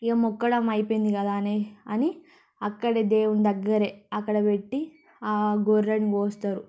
ఇక మొక్కడం అయిపోయింది కదా అనే అని అక్కడే దేవుని దగ్గరే అక్కడ పెట్టి గొర్రెను కోస్తారు